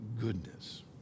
goodness